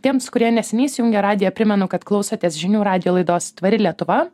tiems kurie neseniai įsijungę radiją primenu kad klausotės žinių radijo laidos tvari lietuva